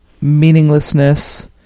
meaninglessness